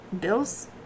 Bills